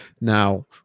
now